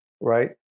right